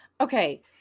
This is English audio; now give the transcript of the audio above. okay